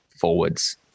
forwards